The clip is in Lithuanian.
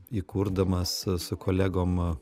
įkurdamas su kolegom